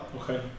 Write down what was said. okay